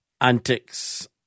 antics